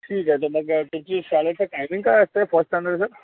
ठीक आहे तर मग तुमच्या शाळेचं टायमिंग काय असते फर्स्ट स्टँडर्डचं